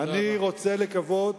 אני רוצה לקוות